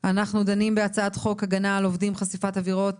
אנחנו דנים בהצעת חוק הגנה על עובדים (חשיפת עבירות